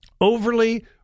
overly